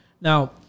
Now